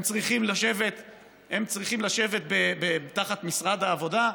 הם צריכים לשבת תחת משרד העבודה?